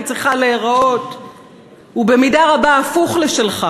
צריכה להיראות הוא במידה רבה הפוך לשלך,